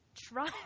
Try